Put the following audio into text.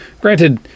Granted